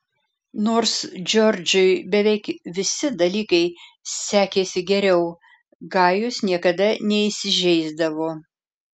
nors džordžui beveik visi dalykai sekėsi geriau gajus niekada neįsižeisdavo